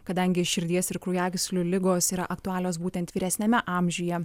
kadangi širdies ir kraujagyslių ligos yra aktualios būtent vyresniame amžiuje